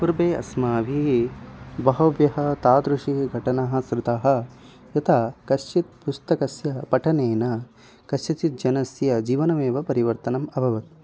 पूर्वे अस्माभिः बहव्यः तादृशी घटना श्रुता यथा कश्चित् पुस्तकस्य पठनेन कस्यचित् जनस्य जीवनेव परिवर्तनम् अभवत्